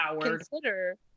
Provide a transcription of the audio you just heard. consider